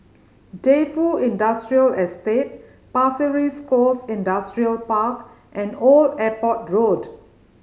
Defu Industrial Estate Pasir Ris Coast Industrial Park and Old Airport Road